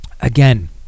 Again